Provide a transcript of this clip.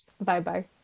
Bye-bye